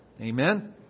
Amen